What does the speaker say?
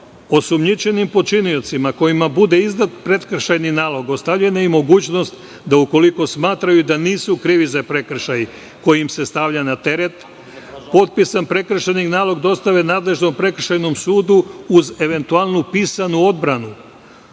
osumnjičenim počiniocima, kojima bude izdat prekršajni nalog, ostavljena je mogućnost da, ukoliko smatraju da nisu krivi za prekršaj koji im se stavlja na teret, potpisan prekršajni nalog dostave nadležnom prekršajnom sudu uz eventualnu pisanu odbranu,